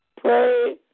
pray